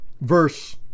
verse